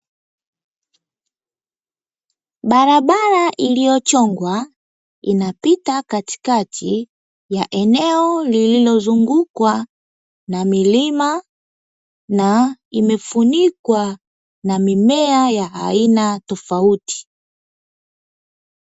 Barabara iliyochongwa inapita katikati ya eneo lililozungukwa na milima na imefunikwa na mimea ya aina tofauti.